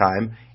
time